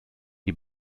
die